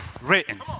written